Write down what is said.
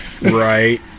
right